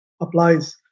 applies